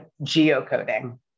Geocoding